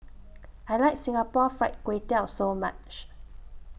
I like Singapore Fried Kway Tiao very much